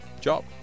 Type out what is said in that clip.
job